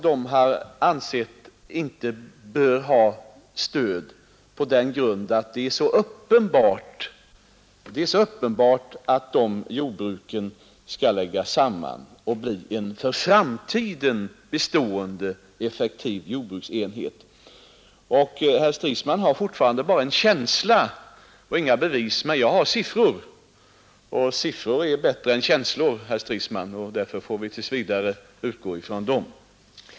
De fyra ansågs inte kunna få stöd på grund av att det är så uppenbart att dessa jordbruk skall slas samman och inga i för framtiden bestående effektiva jordbruksenheter. Herr Stridsman har fortfarande bara en känsla och inga bevis för saken, men jag har siffror, som nog är bättre än känslor, herr Stridsman. Därför får vi tills vidare utgå från siffrorna.